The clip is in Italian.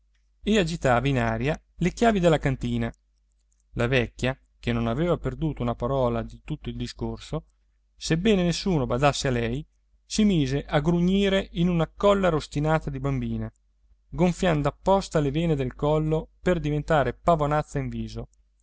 e agitava in aria le chiavi della cantina la vecchia che non aveva perduto una parola di tutto il discorso sebbene nessuno badasse a lei si mise a grugnire in una collera ostinata di bambina gonfiando apposta le vene del collo per diventar pavonazza in viso